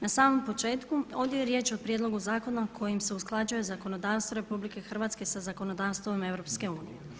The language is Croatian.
Na samom početku ovdje je riječ o Prijedlogu zakona kojim se usklađuje zakonodavstvo RH sa zakonodavstvom EU.